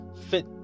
fit